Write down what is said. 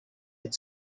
had